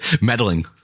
Meddling